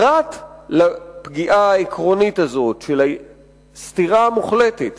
פרט לפגיעה העקרונית הזאת של הסתירה המוחלטת